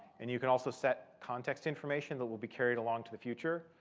and you can also set context information that will be carried along to the future.